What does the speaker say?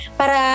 para